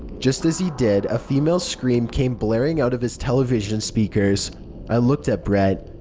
just as he did, a female's scream came blaring out of his television speakers. i looked at brett.